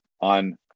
on